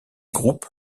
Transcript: groupes